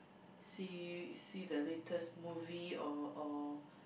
see see the latest movie or or